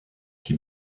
qui